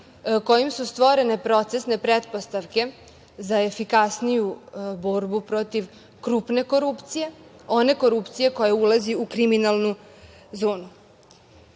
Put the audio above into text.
kojim su stvorene procesne pretpostavke za efikasniju borbu protiv krupne korupcije, one korupcije koja ulazi u kriminalnu zonu.